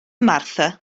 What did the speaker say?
martha